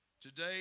Today